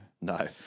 no